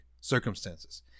circumstances